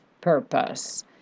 purpose